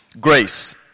grace